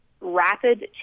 rapid